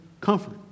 comfort